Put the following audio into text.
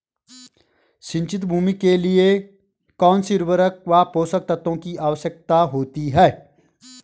सिंचित भूमि के लिए कौन सी उर्वरक व पोषक तत्वों की आवश्यकता होती है?